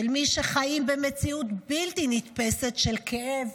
של מי שחיים במציאות בלתי נתפסת של כאב,